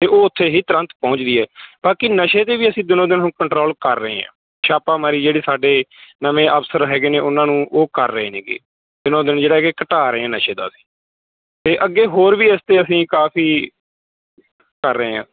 ਅਤੇ ਉਹ ਉੱਥੇ ਹੀ ਤੁਰੰਤ ਪਹੁੰਚਦੀ ਹੈ ਬਾਕੀ ਨਸ਼ੇ 'ਤੇ ਵੀ ਅਸੀਂ ਦਿਨੋਂ ਦਿਨ ਹੁਣ ਕੰਟਰੋਲ ਕਰ ਰਹੇ ਹਾਂ ਛਾਪਾਮਾਰੀ ਜਿਹੜੀ ਸਾਡੇ ਨਵੇਂ ਅਫਸਰ ਹੈਗੇ ਨੇ ਉਨ੍ਹਾਂ ਨੂੰ ਉਹ ਕਰ ਰਹੇ ਨੇ ਗੇ ਦਿਨੋਂ ਦਿਨ ਜਿਹੜਾ ਹੈ ਕਿ ਘਟਾ ਰਹੇ ਨਸ਼ੇ ਦਾ ਅਸੀਂ ਅਤੇ ਅੱਗੇ ਹੋਰ ਵੀ ਇਸ 'ਤੇ ਅਸੀਂ ਕਾਫੀ ਕਰ ਰਹੇ ਹਾਂ